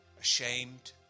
ashamed